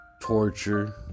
torture